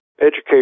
education